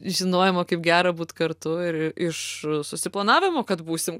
žinojimo kaip gera būt kartu ir iš suplanavimo kad būsim